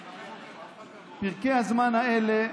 פרקי הזמן האלה,